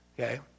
Okay